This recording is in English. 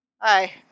Hi